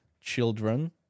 children